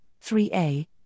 3a